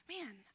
man